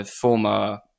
former